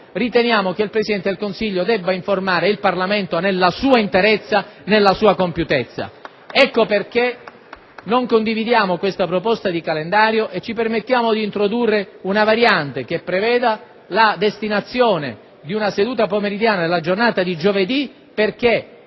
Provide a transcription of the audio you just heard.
riteniamo che il Presidente del Consiglio debba informare il Parlamento nella sua interezza e compiutezza. Ecco perché non condividiamo questa proposta di calendario e ci permettiamo di introdurre una variante che preveda la destinazione di una seduta pomeridiana nella giornata di giovedì affinché